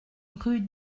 rue